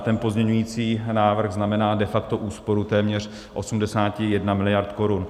Ten pozměňující návrh znamená de facto úsporu téměř 81 miliard korun.